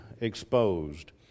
exposed